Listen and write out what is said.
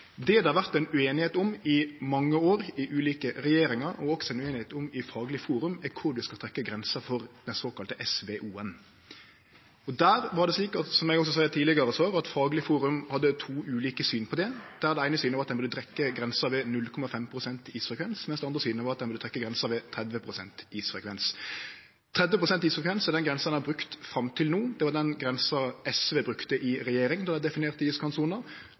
Det det har vore ueinigheit om i mange år i ulike regjeringar, og som det òg er ueinigheit om i Faglig forum, er kvar ein skal trekkje grensa for den såkalla SVO-en. Der var det slik, som eg også sa i tidlegare svar, at Faglig forum hadde to ulike syn på det. Det eine synet var at ein burde trekkje grensa ved 0,5 pst. isfrekvens, mens det andre synet var at ein burde trekkje grensa ved 30 pst. isfrekvens. Ein isfrekvens på 30 pst. er den grensa ein har brukt fram til no. Det var den grensa SV brukte i regjering då dei definerte